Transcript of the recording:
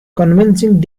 convincing